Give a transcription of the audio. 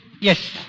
Yes